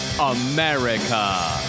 America